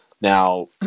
Now